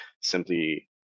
simply